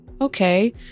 okay